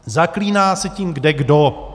Zaklíná se tím kdekdo.